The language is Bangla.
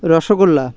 রসগোল্লা